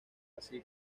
así